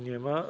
Nie ma.